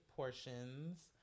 Portions